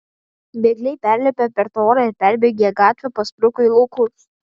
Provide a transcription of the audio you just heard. bėgliai perlipę per tvorą ir perbėgę gatvę paspruko į laukus